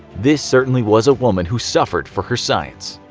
this certainly was a woman who suffered for her science.